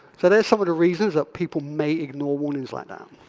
so there's some of the reasons that people may ignore warnings like that.